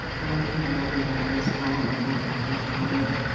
though he'd never had as foul a mouth as conn.